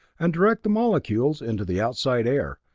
and direct the molecules into the outside air.